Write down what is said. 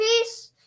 peace